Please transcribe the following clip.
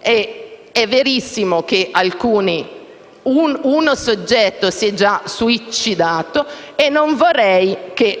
È verissimo che un soggetto si è già suicidato e non vorrei